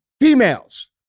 females